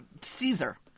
Caesar